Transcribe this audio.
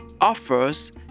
offers